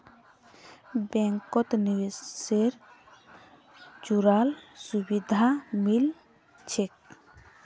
बैंकत निवेश से जुराल सुभिधा मिल छेक